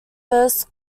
first